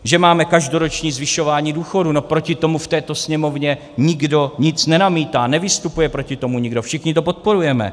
Že máme každoroční zvyšování důchodů, no proti tomu v této Sněmovně nikdo nic nenamítá, nevystupuje proti tomu nikdo, všichni to podporujeme.